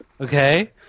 Okay